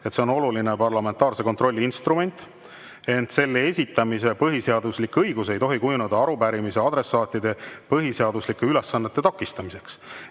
et see on oluline parlamentaarse kontrolli instrument, ent selle esitamise põhiseaduslik õigus ei tohi kujuneda arupärimise adressaatide põhiseaduslike ülesannete [täitmise]